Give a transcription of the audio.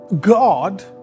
God